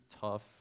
tough